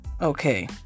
Okay